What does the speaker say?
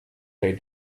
they